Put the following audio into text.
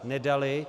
Nedali.